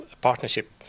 partnership